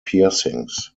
piercings